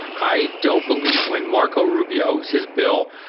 i don't believe when marco rubio is his bill,